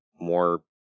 more